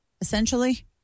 essentially